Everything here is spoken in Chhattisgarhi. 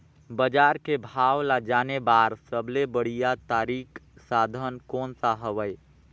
बजार के भाव ला जाने बार सबले बढ़िया तारिक साधन कोन सा हवय?